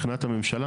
מבחינת הממשלה,